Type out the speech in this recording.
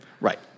Right